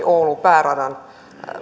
oulu pääradan